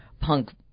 punk